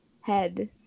head